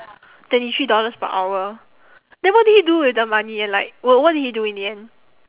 twenty three dollars per hour then what did he do with the money and like wha~ what did he do in the end